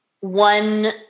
one